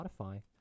Spotify